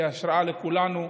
שהיא השראה לכולנו,